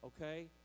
Okay